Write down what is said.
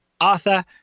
Arthur